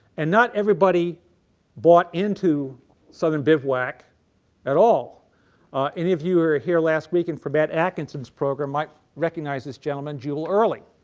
and not everybody bought into southern bivouac at all. if any of you were here last week and for matt atkinson's program might recognize this gentleman, jubal early.